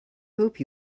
hope